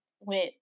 went